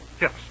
Yes